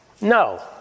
No